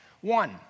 One